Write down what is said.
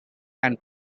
and